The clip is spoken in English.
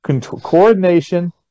coordination